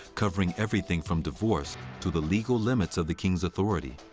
covering everything from divorce to the legal limits of the king's authority.